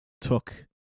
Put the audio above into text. took